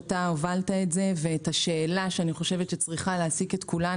הובלת את זה ואת השאלה שאני חושבת שצריכה להעסיק את כולנו,